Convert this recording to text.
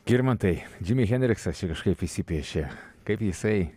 girmantai himi henriksas čia kažkaip įsipiešė kaip jisai